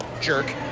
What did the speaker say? jerk